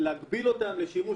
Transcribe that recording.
אם אני מסתכל